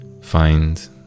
find